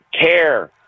care